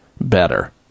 better